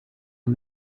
and